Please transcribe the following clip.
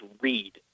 read